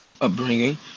upbringing